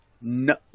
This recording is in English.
No